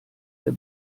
der